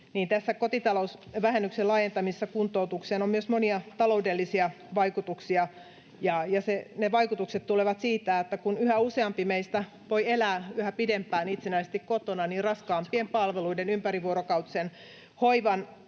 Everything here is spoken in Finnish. kotitalousvähennyksen laajentamisessa kuntoutukseen on myös monia taloudellisia vaikutuksia, ja ne vaikutukset tulevat siitä, että kun yhä useampi meistä voi elää yhä pidempään itsenäisesti kotona, niin raskaampien palveluiden, ympärivuorokautisen hoivan